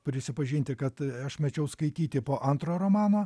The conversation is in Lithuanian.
prisipažinti kad aš mečiau skaityti po antro romano